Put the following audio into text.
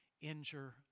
injure